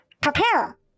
Prepare